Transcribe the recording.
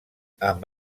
amb